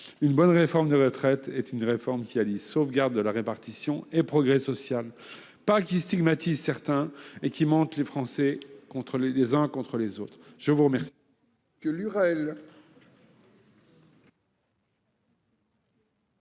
Une bonne réforme des retraites est une réforme qui allie sauvegarde de la répartition et progrès social ; ce n'est pas une réforme qui stigmatise certains et qui monte les Français les uns contre les autres. Les amendements